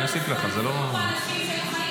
נקברו פה אנשים שהיו חיים.